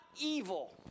evil